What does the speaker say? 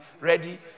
ready